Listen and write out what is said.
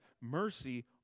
mercy